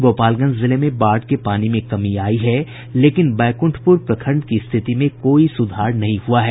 गोपालगंज जिले में बाढ़ के पानी में कमी आयी है लेकिन बैकुंठपुर प्रखंड की स्थिति में कोई सुधार नहीं हुआ है